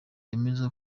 yemeza